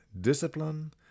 Discipline